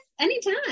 anytime